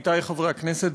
עמיתי חברי הכנסת,